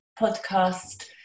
podcast